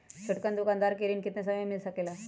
छोटकन दुकानदार के ऋण कितने समय मे मिल सकेला?